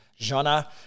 genre